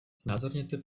znázorněte